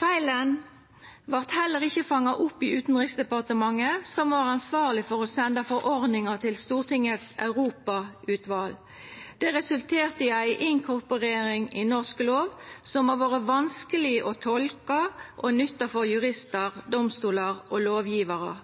Feilen vart heller ikkje fanga opp i Utanriksdepartementet, som var ansvarleg for å senda forordninga til Stortingets europautval. Det resulterte i ei inkorporering i norsk lov som har vore vanskeleg å tolka og nytta for juristar, domstolar og lovgjevarar.